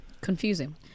confusing